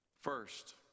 First